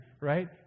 right